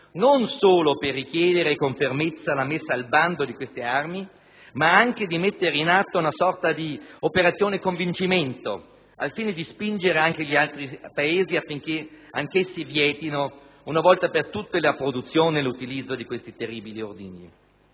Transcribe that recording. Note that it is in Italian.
non solo per richiedere con fermezza la messa al bando di queste armi, ma anche di mettere in atto una sorta di operazione convincimento al fine di spingere anche gli altri Paesi a vietare una volta per tutte la produzione e l'utilizzo di questi terribili ordigni.